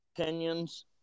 opinions